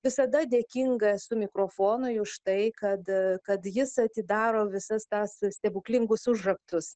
visada dėkinga esu mikrofonui už tai kad kad jis atidaro visas tas stebuklingus užraktus